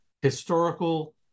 historical